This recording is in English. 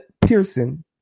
Pearson